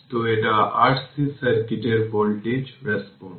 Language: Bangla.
তো এটা RC সার্কিটের ভোল্টেজ রেসপন্স